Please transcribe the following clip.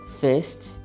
First